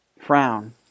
frown